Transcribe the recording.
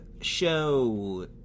show